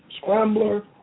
scrambler